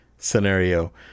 scenario